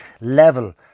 level